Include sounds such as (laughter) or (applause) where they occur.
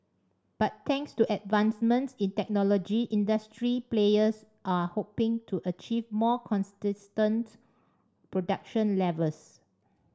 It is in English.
but thanks to advancements in technology industry players are hoping to achieve more (unintelligible) production levels